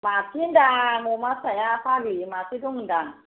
माबेसे होनदों आं अमा फिसाया फाग्लि माबेसे दं होनदों आं